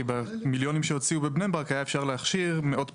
כי במיליונים שהוציאו בבני ברק היה אפשר להכשיר מאות פקחים,